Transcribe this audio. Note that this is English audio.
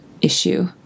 issue